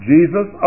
Jesus